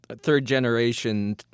third-generation